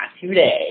today